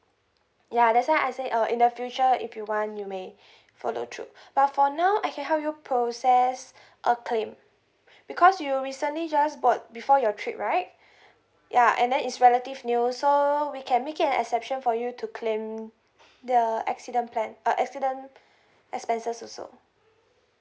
ya that's why I say uh in the future if you want you may follow through but for now I can help you process a claim because you recently just bought before your trip right ya and then it's relative new so we can make it an exception for you to claim the accident plan uh accident expenses also